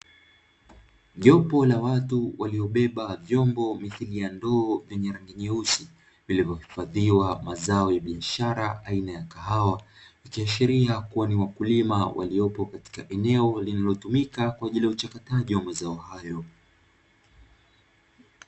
Jopo la watu waliobeba vyombo mithiri ya ndoo vyenye rangi nyeusi zilivyohifadhiwa mazao ya biashara aina ya kahawa ikiashiria kuwa ni wakulima waliopo katika eneo lililotumika kwa ajili ya uchakataji wa mazao hayo.